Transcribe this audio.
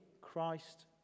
Christ